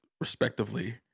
respectively